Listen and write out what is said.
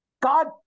God